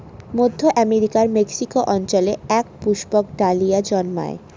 মধ্য আমেরিকার মেক্সিকো অঞ্চলে এক পুষ্পক ডালিয়া জন্মায়